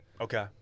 Okay